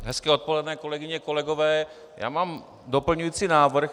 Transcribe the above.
Hezké odpoledne, kolegyně, kolegové, já mám doplňující návrh.